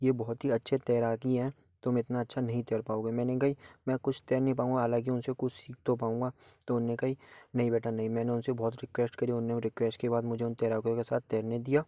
ये बहुत ही अच्छे तैराकी हैं तुम इतना अच्छा नहीं तैर पाओगे मैंने कही मैं कुछ तैर नहीं पाऊंगा हालांकि उनसे कुछ सीख तो पाऊंगा तो उन्होंने कही नहीं बेटा नहीं मैंने उनसे बहुत रिक्वेस्ट करी उन्होंने रिक्वेस्ट के बाद मुझे उन तैराकों के साथ तैरने दिया